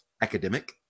academic